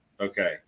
Okay